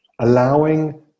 Allowing